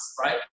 right